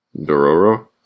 Dororo